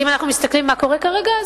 אם אנחנו מסתכלים מה קורה כרגע,